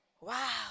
Wow